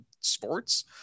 sports